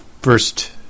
first